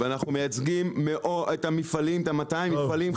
ואנחנו מייצגים את המפעלים את ה- 200 מפעלים חברים,